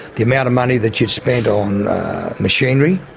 the amount of money that you'd spent on machinery,